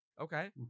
Okay